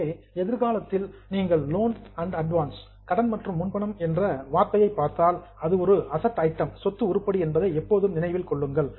எனவே எதிர்காலத்தில் நீங்கள் லோன் அண்ட் அட்வான்ஸ் கடன் மற்றும் முன்பணம் என்ற வார்த்தையை பார்த்தால் அது ஒரு அசட் ஐட்டம் சொத்து உருப்படி என்பதை எப்போதும் நினைவில் கொள்ளுங்கள்